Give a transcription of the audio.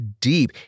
deep